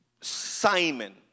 Simon